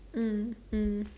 mm mm